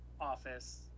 office